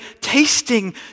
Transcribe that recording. tasting